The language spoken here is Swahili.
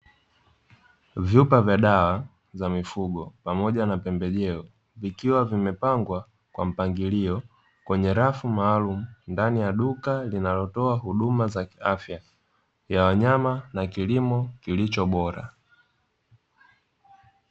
Vyupa vya dawa za mifugo pamoja na pembejeo vikiwa vimepangwa kwa mpangilio kwenye rafu maalumu ndani ya duka linalotoa huduma za kiafya ya wanyama na kilimo kilicho bora.